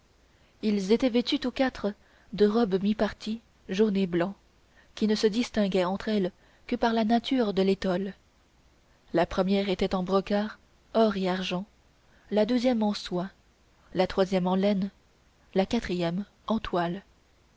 ils étaient vêtus tous quatre de robes mi parties jaune et blanc qui ne se distinguaient entre elles que par la nature de l'étole la première était en brocart or et argent la deuxième en soie la troisième en laine la quatrième